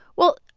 well,